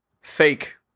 Fake